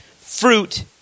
fruit